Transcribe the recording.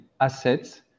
assets